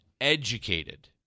educated